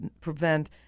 prevent